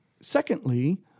Secondly